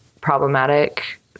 problematic